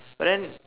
but then